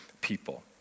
people